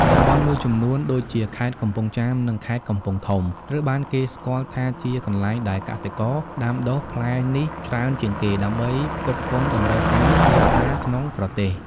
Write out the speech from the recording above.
តំបន់មួយចំនួនដូចជា ខេត្តកំពង់ចាម និង ខេត្តកំពង់ធំ ត្រូវបានគេស្គាល់ថាជាកន្លែងដែលកសិករដាំដុះផ្លែនេះច្រើនជាងគេ ដើម្បីផ្គត់ផ្គង់តម្រូវការទីផ្សារក្នុងប្រទេស។